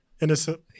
innocent